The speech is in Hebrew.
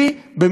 ואתה צודק,